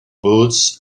boots